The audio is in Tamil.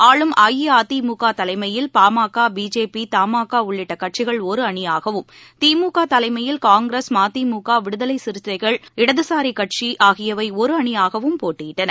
ஆளும் அ இ அ தி மு க தலைமையில் பா ம க பி ஜே பி த மா கா உள்ளிட்ட கட்சிகள் ஒரு அணியாகவும் தி மு க தலைமையில் காங்கிரஸ் ம தி மு க விடுதலை சிறுத்தைகள் இடதுசாரி கட்சிகள் ஆகியவை ஒரு அணியாகவும் போட்டியிட்டன